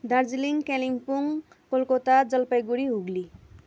Darjeeling Kalimpong Calcutta Jalpaiguri Hooghly